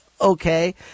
okay